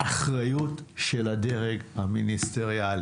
האחריות היא של הדרג המיניסטריאלי.